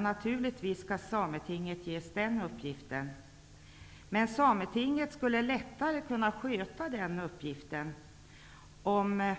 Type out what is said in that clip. Naturligtvis skall Sametinget ges den uppgiften, men Sametinget skulle lättare kunna sköta den uppgiften om